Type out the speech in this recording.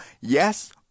yes